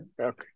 Okay